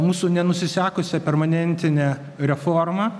mūsų nenusisekusią permanentinę reformą